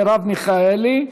מרב מיכאלי,